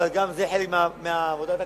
אבל גם זה חלק מעבודת הכנסת,